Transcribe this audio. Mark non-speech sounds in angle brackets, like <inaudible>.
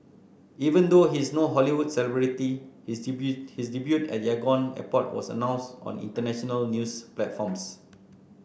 even though he is no Hollywood celebrity his <unintelligible> his debut at Yangon airport was announced on international news platforms